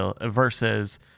versus